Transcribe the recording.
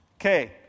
Okay